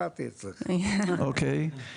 אגב,